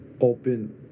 open